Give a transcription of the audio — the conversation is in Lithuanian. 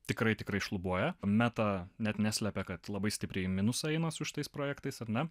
tikrai tikrai šlubuoja meta net neslepia kad labai stipriai į minusą eina su šitais projektais ar ne